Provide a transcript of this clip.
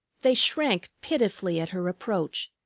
they shrank pitifully at her approach,